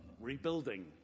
rebuilding